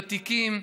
ותיקים,